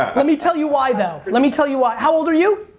let me tell you why, though. let me tell you why, how old are you?